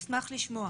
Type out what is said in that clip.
אנחנו נשמח לשמוע.